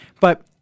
But-